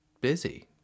busy